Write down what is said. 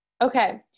okay